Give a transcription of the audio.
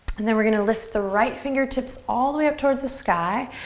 and then we're gonna lift the right fingertips all the way up towards the sky.